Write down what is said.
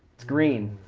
it's green.